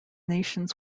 nations